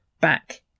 back